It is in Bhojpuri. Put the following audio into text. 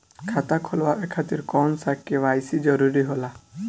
खाता खोलवाये खातिर कौन सा के.वाइ.सी जरूरी होला?